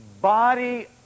body